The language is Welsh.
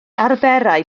arferai